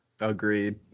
Agreed